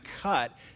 cut